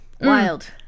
wild